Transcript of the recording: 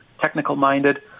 technical-minded